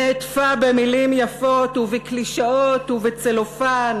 נעטפה במילים יפות ובקלישאות ובצלופן,